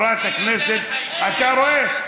חבר הכנסת אורן חזן,